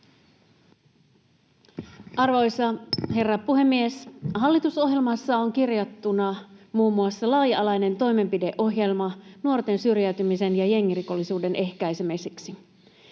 Arvoisa herra puhemies! Hallitusohjelmassa on kirjattuna muun muassa laaja-alainen toimenpideohjelma nuorten syrjäytymisen ja jengirikollisuuden ehkäisemiseksi.